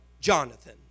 Jonathan